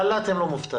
חל"ת זה לא מובטלים.